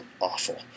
awful